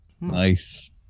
Nice